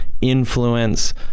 Influence